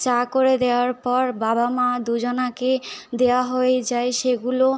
চা করে দেওয়ার পর বাবা মা দুজনকে দেওয়া হয়ে যায় সেগুলো